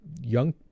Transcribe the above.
young